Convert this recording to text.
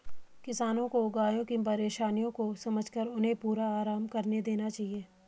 किसानों को गायों की परेशानियों को समझकर उन्हें पूरा आराम करने देना चाहिए